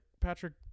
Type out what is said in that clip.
Patrick